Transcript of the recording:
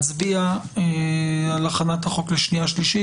ולהצביע על הכנת החוק לשנייה ושלישית.